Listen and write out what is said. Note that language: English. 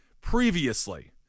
previously